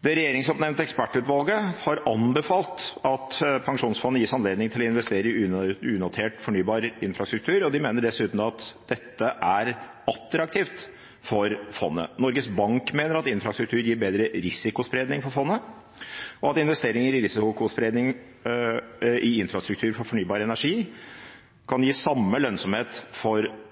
Det regjeringsoppnevnte ekspertutvalget har anbefalt at pensjonsfondet gis anledning til å investere i unotert fornybar infrastruktur, og de mener dessuten at dette er attraktivt for fondet. Norges Bank mener at infrastruktur gir bedre risikospredning for fondet, og at investeringer i infrastruktur for fornybar energi kan gi samme lønnsomhet for